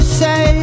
say